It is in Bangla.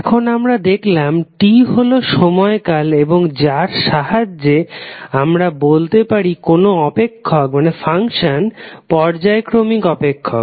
এখন আমরা দেখালাম T হল সময় কাল এবং যার সাহায্যে আমরা বলতে পারি কোন অপেক্ষক পর্যায়ক্রমিক অপেক্ষক